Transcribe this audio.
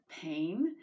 pain